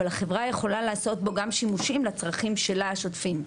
אבל החברה יכולה לעשות בו גם שימושים לצרכים שלה השוטפים.